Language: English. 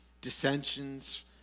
dissensions